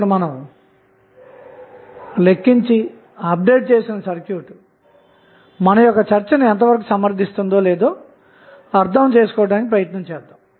అందుకోసం అసలు సర్క్యూట్ ను తీసుకొని అన్ని సోర్స్ లను అలాగే సర్క్యూట్ లో ఉంచి వేద్దాము